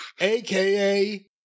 aka